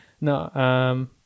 no